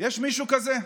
?יש מישהו כזה?